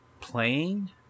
playing